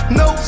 no